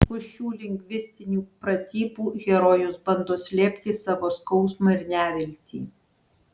už šių lingvistinių pratybų herojus bando slėpti savo skausmą ir neviltį